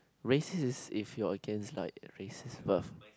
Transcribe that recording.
racist if you are against like racist birth